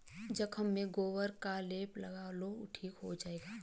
जख्म में गोबर का लेप लगा लो ठीक हो जाएगा